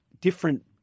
different